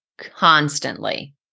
constantly